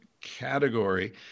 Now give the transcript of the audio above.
category